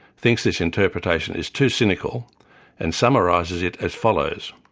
thinks this interpretation is too cynical and summarises it as follows